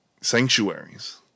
Sanctuaries